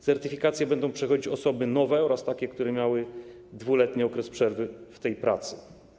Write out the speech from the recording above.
Certyfikacji będą poddawane osoby nowe oraz takie, które miały 2-letni okres przerwy w tej pracy.